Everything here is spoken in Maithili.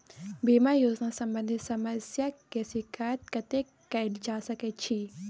बीमा योजना सम्बंधित समस्या के शिकायत कत्ते कैल जा सकै छी?